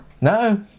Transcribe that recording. no